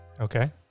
Okay